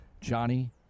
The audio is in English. Johnny